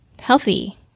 healthy